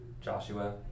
Joshua